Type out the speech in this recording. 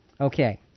Okay